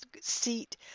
seat